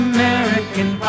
American